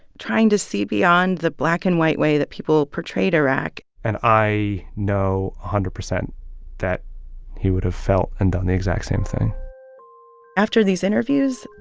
trying to see beyond the black and white way that people portrayed iraq and i know one hundred percent that he would have felt and done the exact same thing after these interviews,